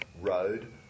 road